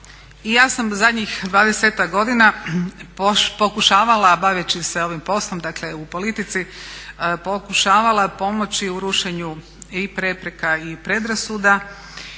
ja sam zadnjih 20-ak godina pokušavala, baveći se ovim poslom u politici, pokušavala pomoći u rušenju i prepreka i predrasuda